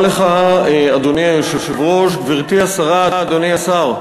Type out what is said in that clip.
אדוני היושב-ראש, תודה לך, גברתי השרה, אדוני השר,